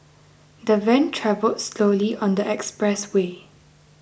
the van travelled slowly on the expressway